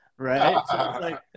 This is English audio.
Right